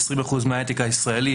20% מההייטק הישראלי,